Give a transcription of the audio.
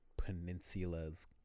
peninsula's